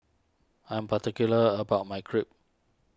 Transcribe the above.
I'm particular about my Crepe